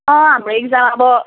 अँ हाम्रो इक्जाम अब